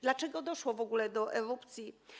Dlaczego doszło w ogóle do erupcji?